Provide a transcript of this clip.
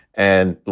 and,